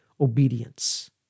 obedience